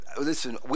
listen